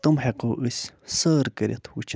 تِم ہٮ۪کو أسۍ سٲر کٔرِتھ وٕچھِتھ